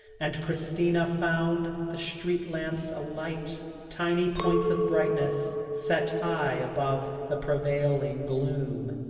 and christina found the street lamps alight tiny points of brightness set high above the prevailing gloom,